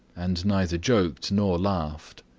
and neither joked nor laughed.